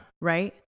Right